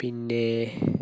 പിന്നേ